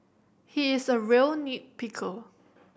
he is a real nit picker